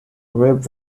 rabe